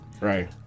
Right